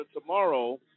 tomorrow